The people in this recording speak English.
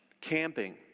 camping